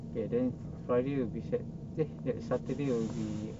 K then friday will be set eh saturday will be